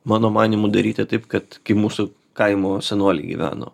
mano manymu daryti taip kad mūsų kaimo senoliai gyveno